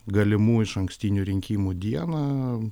galimų išankstinių rinkimų dieną